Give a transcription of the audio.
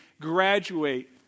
graduate